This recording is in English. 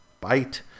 bite